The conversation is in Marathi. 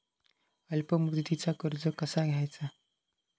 अल्प मुदतीचा कर्ज कसा घ्यायचा?